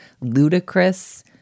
ludicrous